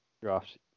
draft